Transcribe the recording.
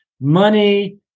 money